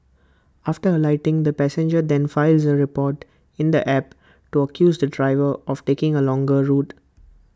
after alighting the passenger then files A report in the app to accuse the driver of taking A longer route